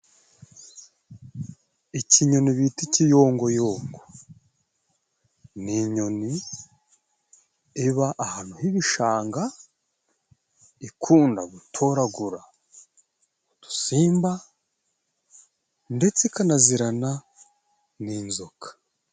Ikinyoni bita ikiyongoyongo ni inyoni iba ahantu h'ibishanga, ikunda gutoragura udusimba ndetse ikanazirana n'inzoka.